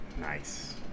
Nice